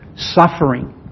Suffering